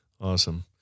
Awesome